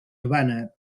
urbana